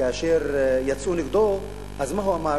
כאשר יצאו נגדו, מה הוא אמר?